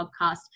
podcast